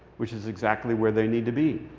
which is exactly where they need to be.